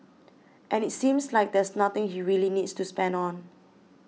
and it seems like there's nothing he really needs to spend on